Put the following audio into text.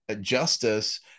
justice